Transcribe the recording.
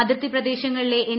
അതിർത്തി പ്രദേശങ്ങളിലെ എൻ